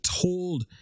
told